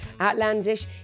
Outlandish